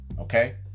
Okay